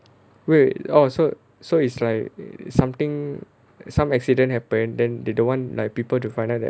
wait oh so so it's like something some accident happened then they don't want like people to find out the accident and ruin their reputation so they just say like he'd made the mistake lah